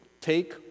take